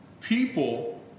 people